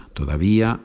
todavía